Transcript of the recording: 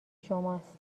شماست